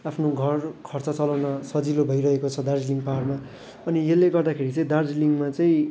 आफ्नो घर खर्च चलाउन सजिलो भइरहेको छ दार्जिलिङ पहाडमा अनि यसले गर्दाखेरि चाहिँ दार्जिलिङमा चाहिँ